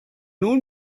nun